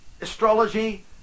astrology